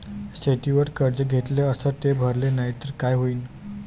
शेतीवर कर्ज घेतले अस ते भरले नाही तर काय होईन?